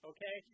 Okay